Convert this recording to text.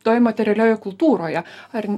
toj materialioje kultūroje ar